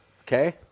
Okay